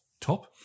top